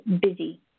busy